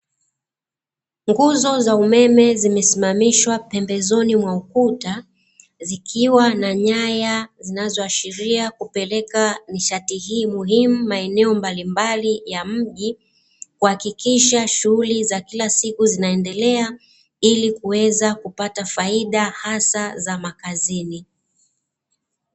Nguzo za umeme zimesimamishwa pembezoni mwa ukuta, zikiwa na nyaya zinazoashiria kupeleka nishati hii muhimu maeneo mbalimbali ya mji kuhakikisha shughuli za kila siku zinaendelea, ili kuweza kupata faida hasa za makazini.